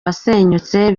wasenyutse